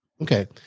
Okay